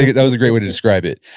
that was a great way to describe it.